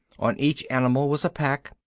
on each animal was a pack,